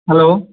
hello